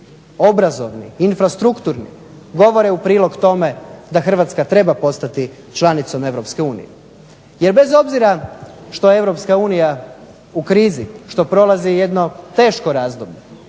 obrazovni, infrastrukturni govore u prilog tome da Hrvatska treba postati članicom Europske unije. Jer bez obzira što je Europska unija u krizi, što prolazi jedno teško razdoblje